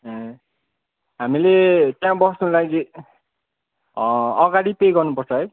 ए हामीले त्यहाँ बस्नु लागि अगाडि पे गर्नुपर्छ है